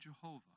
Jehovah